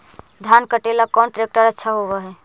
धान कटे ला कौन ट्रैक्टर अच्छा होबा है?